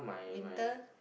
winter